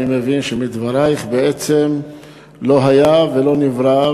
אני מבין מדברייך שבעצם לא היה ולא נברא,